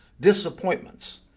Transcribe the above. disappointments